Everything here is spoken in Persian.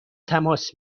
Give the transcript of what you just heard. تماس